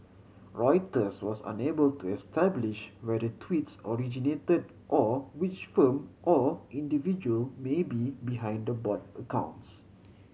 reuters was unable to establish where the tweets originated or which firm or individual may be behind the bot accounts